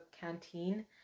canteen